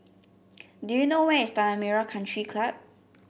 do you know where is Tanah Merah Country Club